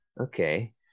okay